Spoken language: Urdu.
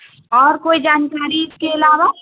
اور کوئی جانکاری اس کے علاوہ